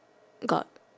got